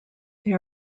they